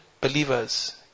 believers